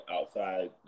outside